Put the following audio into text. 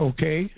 Okay